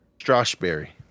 Strawberry